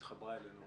היא התחברה אלינו